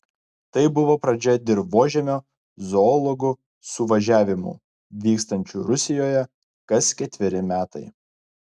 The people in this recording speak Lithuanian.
tai buvo pradžia dirvožemio zoologų suvažiavimų vykstančių rusijoje kas ketveri metai